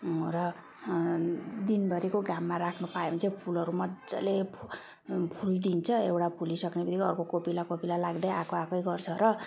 र दिनभरिको घाममा राख्नु पायो भने चाहिँ फुलहरू मजाले फुलिदिन्छ एउटा फुलिसक्नेबित्तिकै अर्को कोपिला कोपिला लाग्दै आएको आएकै गर्छ र